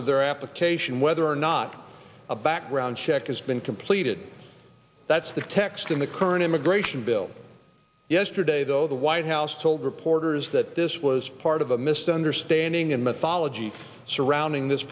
of their application whether or not a background check is been completed that's the text in the current immigration bill yesterday though the white house told reporters that this was part of a misunderstanding and mythology surrounding this